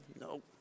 no